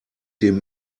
dem